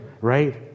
right